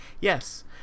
yes